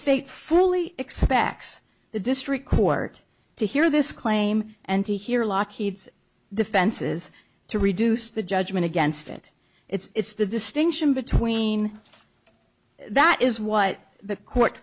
state fully expects the district court to hear this claim and to hear lockheed's defenses to reduce the judgment against it it's the distinction between that is what the court